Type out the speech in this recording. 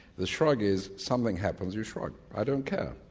the shrug is something happens, you shrug i don't care.